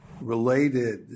related